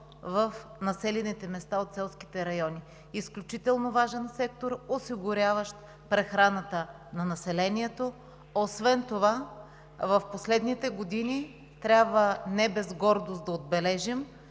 в населените места от селските райони. Изключително важен сектор, осигуряващ прехраната на населението. Освен това трябва не без гордост да отбележим,